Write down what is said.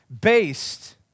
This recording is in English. based